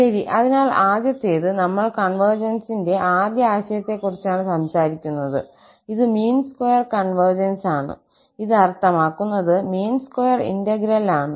ശരി അതിനാൽ ആദ്യത്തേത് നമ്മൾ കോൺവെർജൻസിന്റെ ആദ്യ ആശയത്തെക്കുറിച്ചാണ് സംസാരിക്കുന്നത് ഇത് മീൻ സ്ക്വയർ കോൺവെർജൻസ് ആണ് ഇത് അർത്ഥമാക്കുന്നത് മീൻ സ്ക്വയർ ഇന്റഗ്രൽ ആണ്